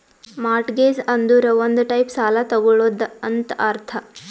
mortgage ಅಂದುರ್ ಒಂದ್ type ಸಾಲ ತಗೊಳದಂತ್ ಅರ್ಥ